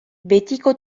betiko